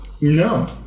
No